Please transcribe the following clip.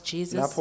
Jesus